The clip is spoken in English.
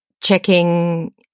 checking